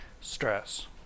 stress